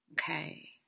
Okay